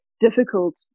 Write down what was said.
difficult